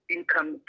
income